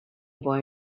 boy